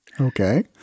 Okay